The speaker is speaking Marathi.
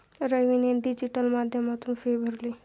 रवीने डिजिटल माध्यमातून फी भरली